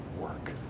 work